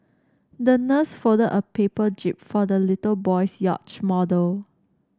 the nurse folded a paper jib for the little boy's yacht model